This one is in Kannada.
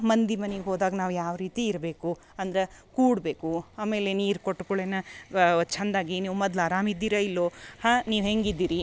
ಮಂದಿ ಮನಿಗೆ ಹೋದಾಗ ನಾವು ಯಾವ ರೀತಿ ಇರಬೇಕು ಅಂದ್ರ ಕೂಡಬೇಕು ಆಮೇಲೆ ನೀರು ಕೊಟ್ಟು ಕುಳೆನ ಚಂದಾಗಿ ನೀವು ಮೊದ್ಲ ಅರಾಮು ಇದ್ದೀರ ಇಲ್ಲವೋ ಹಾ ನೀವು ಹೆಂಗೆ ಇದ್ದೀರಿ